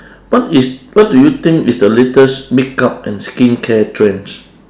what is what do you think is the latest makeup and skincare trends